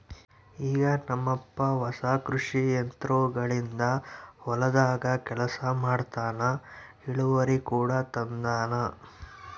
ಈಗ ನಮ್ಮಪ್ಪ ಹೊಸ ಕೃಷಿ ಯಂತ್ರೋಗಳಿಂದ ಹೊಲದಾಗ ಕೆಲಸ ಮಾಡ್ತನಾ, ಇಳಿವರಿ ಕೂಡ ತಂಗತಾನ